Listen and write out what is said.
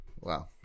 Wow